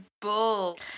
Bull